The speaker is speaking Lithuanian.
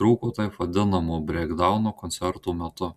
trūko taip vadinamo breikdauno koncerto metu